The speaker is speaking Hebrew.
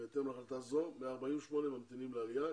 ובהתאם להחלטה זו 148 ממתינים לעלייה,